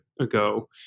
ago